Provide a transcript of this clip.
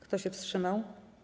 Kto się wstrzymał?